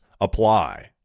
apply